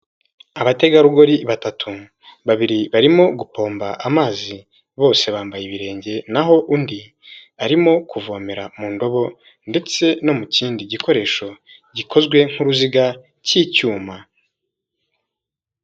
Abategarugori batatu babiri barimo gupomba amazi bose bambaye ibirenge naho undi arimo kuvomera mu ndobo ndetse no mu kindi gikoresho gikozwe nk'uruziga cy'icyuma.